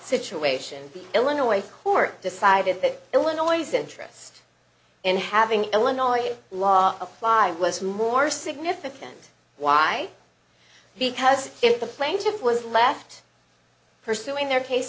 situation the illinois court decided that illinois interest in having illinois law applied was more significant why because if the plaintiff was left pursuing their case